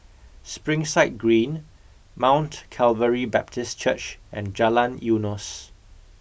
Springside Green Mount Calvary Baptist Church and Jalan Eunos